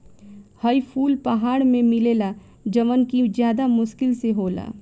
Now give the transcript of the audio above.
हई फूल पहाड़ में मिलेला जवन कि ज्यदा मुश्किल से होला